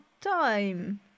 time